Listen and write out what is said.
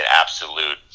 absolute